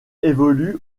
évolue